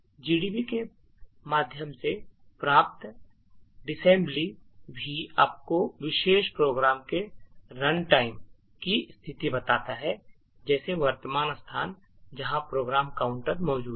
Gdb के माध्यम से प्राप्त डिसेंबली भी आपको विशेष प्रोग्राम के रन टाइम की स्थिति बताता है जैसे वर्तमान स्थान जहां प्रोग्राम काउंटर मौजूद है